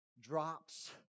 drops